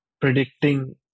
predicting